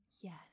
Yes